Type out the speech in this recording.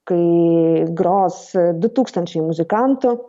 kai gros du tūkstančiai muzikantų